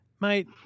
mate